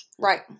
Right